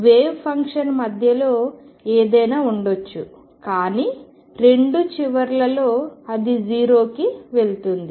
wave function మధ్యలో ఏదైనా ఉండొచ్చు కానీ రెండు చివర్లలో అది 0కి వెళుతుంది